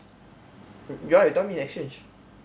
ya you told me in exchange